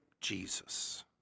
Jesus